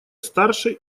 старше